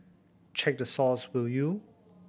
check the source will you